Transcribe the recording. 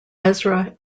ezra